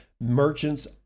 Merchants